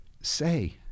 say